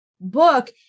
book